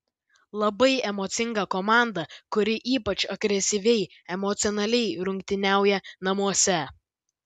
labai emocinga komanda kuri ypač agresyviai emocionaliai rungtyniauja namuose